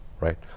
Right